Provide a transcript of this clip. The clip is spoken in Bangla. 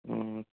ও